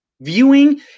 viewing